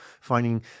finding